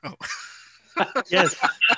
Yes